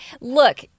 look